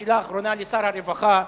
השאלה האחרונה לשר הרווחה,